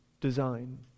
design